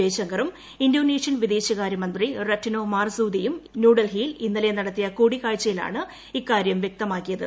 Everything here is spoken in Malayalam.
ജയശങ്കറും ഇന്തോനേഷ്യൻ വിദേശകാര്യമന്ത്രി റെറ്റ്നോ മാർസൂദിയും ന്യൂഡൽഹിയിൽ ഇന്നലെ നടത്തിയ കൂടിക്കാഴ്ചയിലാണ് ഇക്കാര്യം വ്യക്തമാക്കിയത്